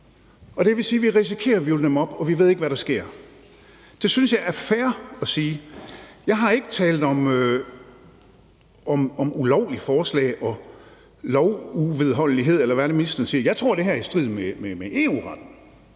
det vil sige, at vi risikerer at hvirvle dem op, og vi ved ikke, hvad der sker. Det synes jeg er fair at sige. Jeg har ikke talt om ulovlige forslag, og at der ikke var lovmedholdelighed, eller hvad ministeren nu siger. Jeg tror, at det her er i strid med EU-retten;